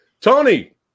tony